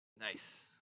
Nice